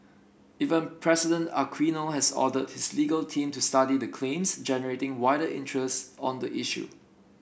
even President Aquino has ordered his legal team to study the claims generating wider interest on the issue